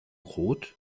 rot